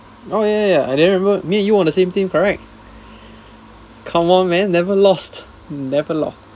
oh ya ya ya I think I remember me you on the same team correct come on man never lost never lost